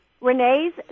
Renee's